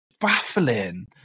baffling